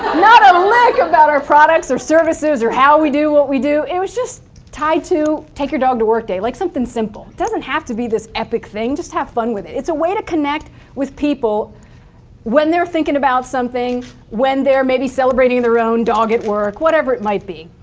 not a lick about our products or services or how we do what we do. it was just tied to take your dog to work day, like something simple. it doesn't have to be this epic thing, just have fun with it. it's a way to connect with people when they're thinking about something when they're maybe celebrating their own dog at work, whatever it might be.